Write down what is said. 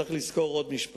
צריך לזכור עוד דבר: